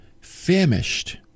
famished